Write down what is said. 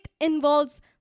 involves